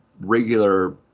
regular